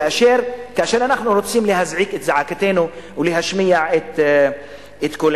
כאשר אנחנו רוצים לזעוק את זעקתנו ולהשמיע את קולנו.